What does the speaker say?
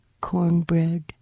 cornbread